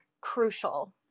crucial